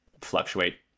fluctuate